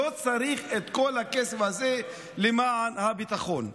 שלא צריך את כל הכסף הזה למען הביטחון.